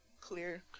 Clear